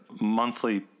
monthly